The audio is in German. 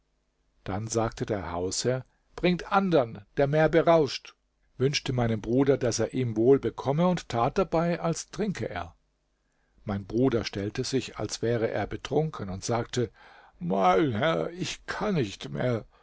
dann sagte der hausherr bringt andern der mehr berauscht wünschte meinem bruder daß er ihm wohl bekomme und tat dabei als trinke er mein bruder stellte sich als wäre er betrunken und sagte mein herr o ich kann nicht mehr